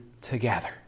together